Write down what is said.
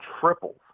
triples